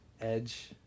Edge